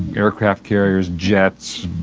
aircraft carriers, jets,